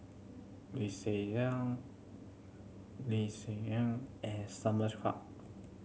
Lim Swee Ling Eng and Simon Chua